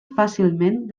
fàcilment